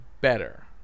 better